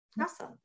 Awesome